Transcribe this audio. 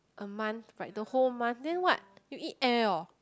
a month right the whole month then what you eat air oh